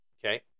Okay